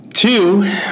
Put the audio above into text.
Two